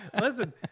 Listen